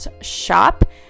shop